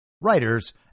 writers